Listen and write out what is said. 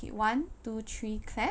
okay one two three clap